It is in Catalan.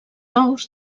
ous